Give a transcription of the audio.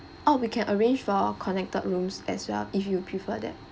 oh we can arrange for connected rooms as well if you prefer that